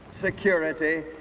security